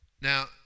Now